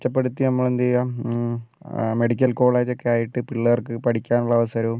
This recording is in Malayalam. മെച്ചപ്പെടുത്തി നമ്മളെന്തു ചെയ്യുകയാ മെഡിക്കൽ കോളേജൊക്കെ ആയിട്ട് പിള്ളേർക്ക് പഠിക്കാനുള്ള അവസരവും